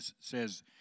says